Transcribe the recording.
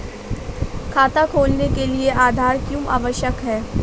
खाता खोलने के लिए आधार क्यो आवश्यक है?